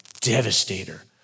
devastator